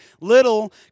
little